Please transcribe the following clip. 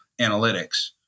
analytics